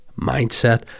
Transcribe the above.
mindset